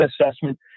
assessment